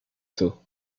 two